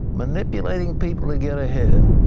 manipulating people to get ahead.